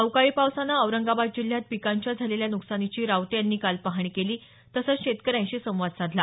अवकाळी पावसानं औरंगाबाद जिल्ह्यात पिकांच्या झालेल्या न्कसानीची रावते यांनी काल पाहणी केली तसंच शेतकऱ्यांशी संवाद साधला